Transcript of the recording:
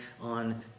on